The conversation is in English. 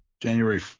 January